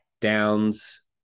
downs